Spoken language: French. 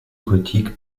gothique